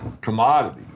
commodity